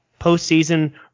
postseason